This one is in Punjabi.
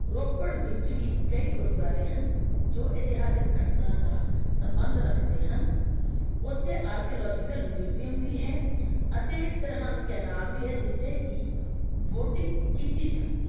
ਰੋਪੜ ਵਿੱਚ ਵੀ ਕਈ ਗੁਰਦੁਆਰੇ ਹਨ ਜੋ ਇਤਿਹਾਸਿਕ ਘਟਨਾ ਨਾਲ ਸੰਬੰਧ ਰੱਖਦੇ ਹਨ ਉੱਥੇ ਆਰਕਿਲੋਜੀਕਲ ਮਿਊਜ਼ੀਅਮ ਵੀ ਹੈ ਅਤੇ ਸਰਹੰਦ ਕੈਨਾਲ ਵੀ ਹੈ ਜਿੱਥੇ ਕਿ ਵੋਟਿੰਗ ਕੀਤੀ ਜਾਂਦੀ ਹੈ